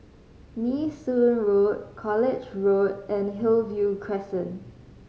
Nee Soon Road College Road and Hillview Crescent